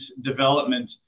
development